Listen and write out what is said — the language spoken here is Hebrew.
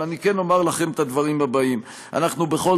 אני כן אומר לכם את הדברים הבאים: אנחנו בכל